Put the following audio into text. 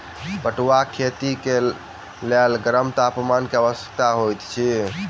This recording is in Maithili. पटुआक खेती के लेल गर्म तापमान के आवश्यकता होइत अछि